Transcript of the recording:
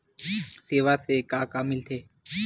सेवा से का का मिलथे?